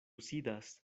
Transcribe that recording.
sidas